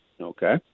Okay